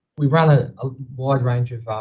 we ran a broad range of